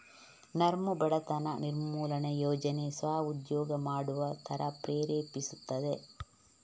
ನರ್ಮ್ ಬಡತನ ನಿರ್ಮೂಲನೆ ಯೋಜನೆ ಸ್ವ ಉದ್ಯೋಗ ಮಾಡುವ ತರ ಪ್ರೇರೇಪಿಸ್ತದೆ